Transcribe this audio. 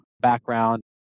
background